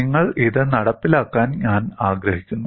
നിങ്ങൾ ഇത് നടപ്പിലാക്കാൻ ഞാൻ ആഗ്രഹിക്കുന്നു